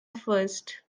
first